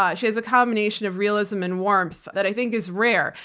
ah she has a combination of realism and warmth that i think is rare.